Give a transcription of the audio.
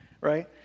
right